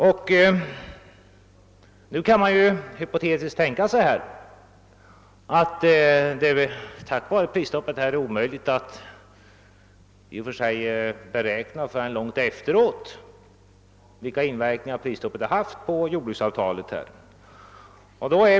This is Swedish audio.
Hypotetiskt kan man tänka sig att det genom prisstoppet är omöjligt att förrän långt efteråt beräkna vilka inverkningar prisstoppet har haft på jordbruksavtalet.